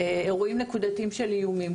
אירועים נקודתיים של איומים,